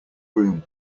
room